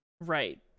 Right